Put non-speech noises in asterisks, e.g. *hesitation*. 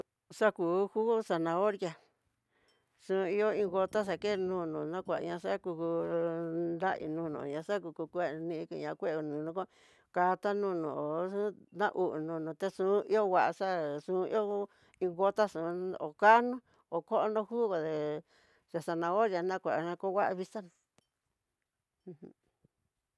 Xaku jugo zanahoria, xo ion iin gota xa ke nono na kuaña xakuku, nrainoña xakuku kueña keno'o dolo katanono, na hú nono texun ihó nguaxa xuion, iin gotá xon ukáno ho konró jugo de zanahoria na kuana ku ngua vista na uj. *hesitation*